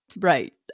Right